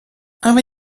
aber